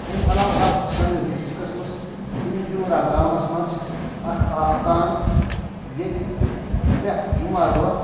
امہِ علاوٕ حظ چھُ سٲنِس ڈِسٹرکَس منٛز پِنجوٗرا گامَس منٛز اکھ آستان ییٚتہِ پرٛیٚتھ جُمعہ دۄہ